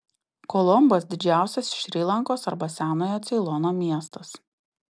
kolombas didžiausias šri lankos arba senojo ceilono miestas